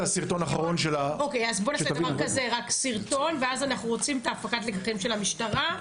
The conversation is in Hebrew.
הסרטון האחרון ואז אנחנו רוצים לשמוע על הפקת הלקחים של המשטרה,